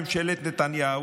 ממשלת נתניהו,